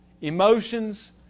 emotions